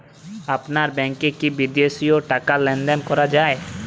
আপনার ব্যাংকে কী বিদেশিও টাকা লেনদেন করা যায়?